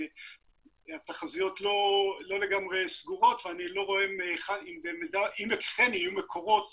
התחזיות לא לגמרי סגורות ואני לא רואה אם אכן יהיו מקורות